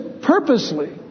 purposely